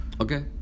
Okay